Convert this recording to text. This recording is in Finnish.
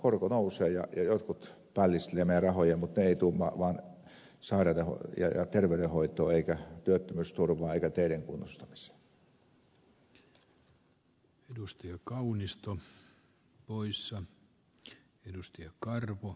korko nousee ja jotkut pällistelevät meidän rahoja mutta ne eivät vaan tule sairauden ja terveydenhoitoon eivätkä työttömyysturvaan eivätkä teiden kunnostamiseen